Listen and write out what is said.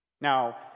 Now